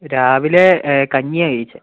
രാവിലെ കഞ്ഞിയാണ് കഴിച്ചത്